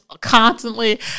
constantly